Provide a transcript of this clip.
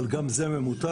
אבל גם זה ממותג.